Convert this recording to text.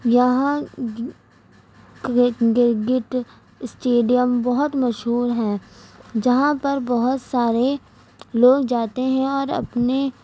یہاں اسٹیڈیم بہت مشہور ہیں جہاں پر بہت سارے لوگ جاتے ہیں اور اپنے